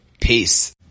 Peace